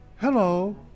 Hello